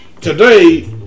Today